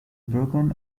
broken